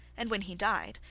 and when he died,